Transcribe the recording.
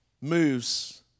moves